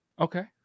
Okay